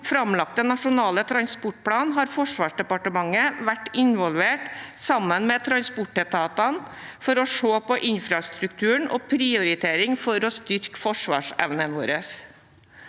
den nå framlagte nasjonale transportplanen har Forsvarsdepartementet vært involvert sammen med transportetatene for å se på infrastrukturen og prioriteringen for å styrke forsvarsevnen vår.